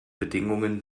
bedingungen